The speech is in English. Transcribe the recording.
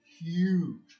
huge